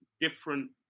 different